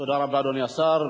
תודה רבה, אדוני השר.